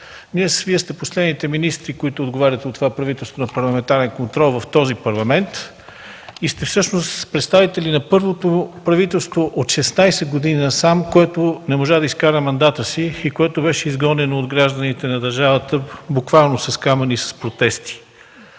Днес Вие сте последните министри от това правителство, които отговарят на парламентарен контрол в този Парламент и сте всъщност представители на първото правителство от 16 години насам, което не можа да изкара мандата си и което беше изгонено от гражданите на държавата буквално с камъни и с протести.